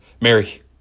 Mary